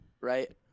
right